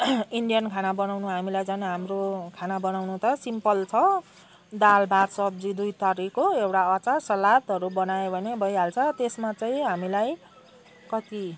Indian खाना बनाउनु हामीलाई झन् हाम्रो खाना बनाउनु त सिम्पल छ दाल भात सब्जी दुई थरीको एउटा अचार सलादहरू बनायो भने भइहाल्छ त्यसमा चाहिँ हामीलाई कति